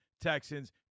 Texans